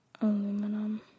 aluminum